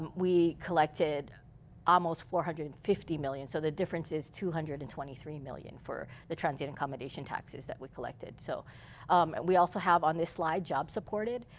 um we collected almost four hundred and fifty million. so the difference is two hundred and twenty three million. for the transient accommodations taxes that we collected. so um and we collected. also have on this slide, job supported.